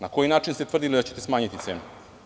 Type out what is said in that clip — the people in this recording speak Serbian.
Na koji način ste tvrdili da ćete smanjiti cenu?